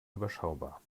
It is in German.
überschaubar